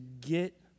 get